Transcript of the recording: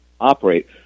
operate